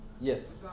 Yes